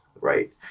right